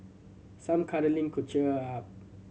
some cuddling could cheer her up